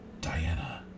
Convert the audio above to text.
Diana